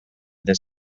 this